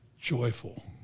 Joyful